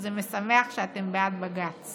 זה משמח שאתם בעד בג"ץ